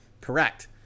correct